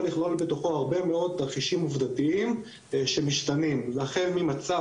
לכלול בתוכו הרבה מאוד תרחישים עובדתיים שמשתנים ואכן ממצב,